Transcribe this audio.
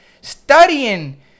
studying